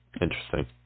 interesting